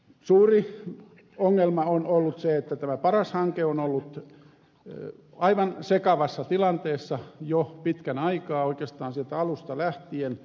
suuri ongelma on ollut se että tämä paras hanke on ollut aivan sekavassa tilanteessa jo pitkän aikaa oikeastaan alusta lähtien